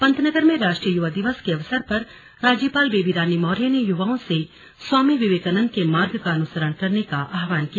पंतनगर में राष्ट्रीय युवा दिवस के अवसर पर राज्यपाल बेबी रानी मौर्य ने युवाओं से स्वामी विवेकानंद के मार्ग का अनुसरण करने का आहवान किया